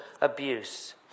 abuse